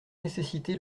nécessité